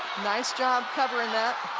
nice job covering that.